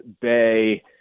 Bay